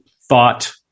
thought